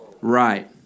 right